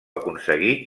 aconseguir